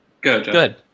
good